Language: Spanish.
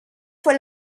fue